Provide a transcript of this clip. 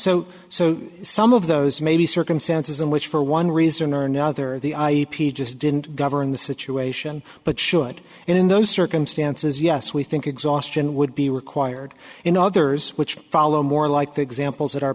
so so some of those may be circumstances in which for one reason or another the ip just didn't govern the situation but should and in those circumstances yes we think exhaustion would be required in others which follow more like the examples that